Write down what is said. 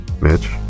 Mitch